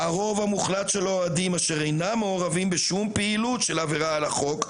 הרוב המוחלט של האוהדים אשר אינם מעורבים בשום פעילות של עבירה על החוק,